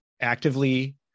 actively